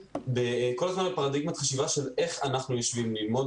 כל הזמן בפרדיגמת חשיבה של איך אנחנו יושבים ללמוד